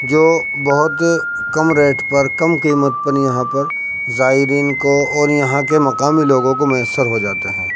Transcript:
جو بہت کم ریٹ پر کم قیمت پر یہاں پر زائرین کو اور یہاں کے مقامی لوگوں کو میسر ہو جاتے ہیں